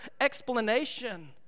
explanation